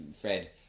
Fred